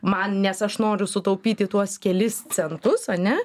man nes aš noriu sutaupyti tuos kelis centus ane